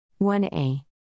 1a